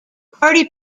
party